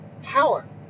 talent